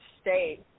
state